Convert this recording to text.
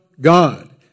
God